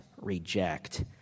reject